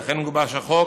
ולכן גובש החוק